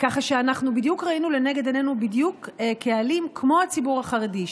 כך שאנחנו בדיוק ראינו לנגד עינינו קהלים כמו הציבור החרדי,